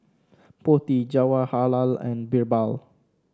Potti Jawaharlal and BirbaL